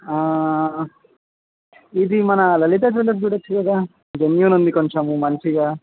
ఇది మన లలిత జ్యూలర్స్ చూడ్డవచ్చు కదా జెన్యూన్ ఉంది కొంచెము మంచిగా